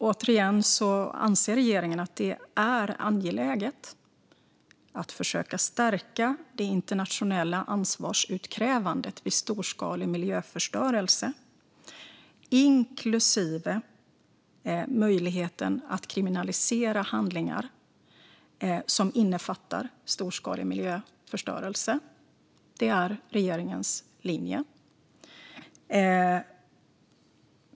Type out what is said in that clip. Återigen anser regeringen att det är angeläget att försöka stärka det internationella ansvarsutkrävandet vid storskalig miljöförstörelse, inklusive möjligheten att kriminalisera handlingar som innefattar storskalig miljöförstörelse. Det är regeringens linje.